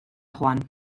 joan